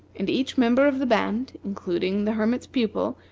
and each member of the band, including the hermit's pupil,